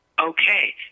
okay